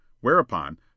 Whereupon